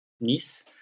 Nice